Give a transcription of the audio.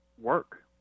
work